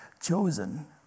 chosen